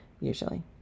usually